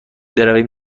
برویم